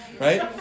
right